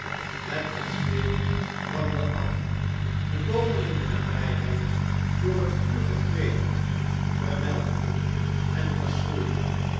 het kasteel brandde af de boomen in de nabjjheid door het vuur gegrepen verwelkten en